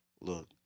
look